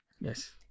Yes